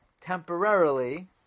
temporarily